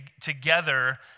together